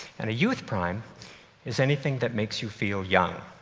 and a youth prime is anything that makes you feel young.